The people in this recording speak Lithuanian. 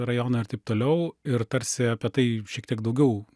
rajonai ar taip toliau ir tarsi apie tai šiek tiek daugiau